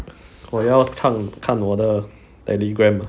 我要看看我的 Telegram